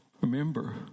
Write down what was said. Remember